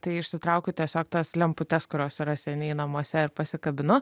tai išsitraukiu tiesiog tas lemputes kurios yra seniai namuose ir pasikabinu